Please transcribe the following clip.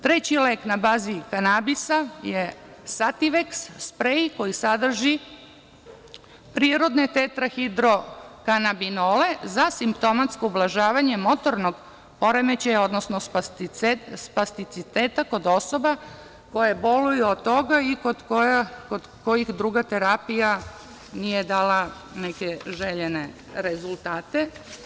Treći lek na bazi kanabisa je „sativeks“ sprej koji sadrži prirodne tetrahidrokanabinole za simptomatsko ublažavanje motornog poremećaja, odnosno spasticiteta kod osoba koje boluju od toga i kod kojih druga terapija nije dala neke željene rezultate.